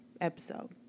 episode